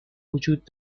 وجود